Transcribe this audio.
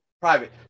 private